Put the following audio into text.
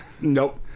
Nope